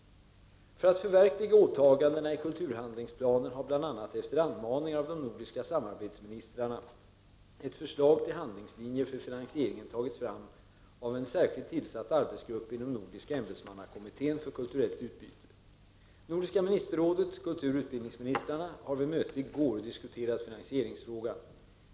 För att förverkliga åtagandena i kulturhandlingsplanen har, bl.a. efter anmaningar av de nordiska samarbetsministrarna, ett förslag till handlingslin jer för finansieringen tagits fram av en särskilt tillsatt arbetsgrupp inom Nordiska ämbetsmannakommittén för kulturellt utbyte. Nordiska ministerrådet har vid möte i går diskuterat finansieringsfrågan.